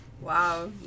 Wow